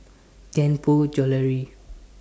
Tianpo Jewellery